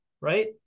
right